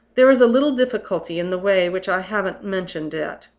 there is a little difficulty in the way which i haven't mentioned yet.